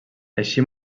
així